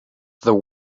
the